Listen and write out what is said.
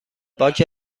باک